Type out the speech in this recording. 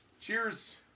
Cheers